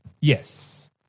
Yes